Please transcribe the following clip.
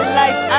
life